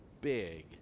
big